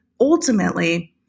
ultimately-